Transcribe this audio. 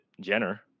Jenner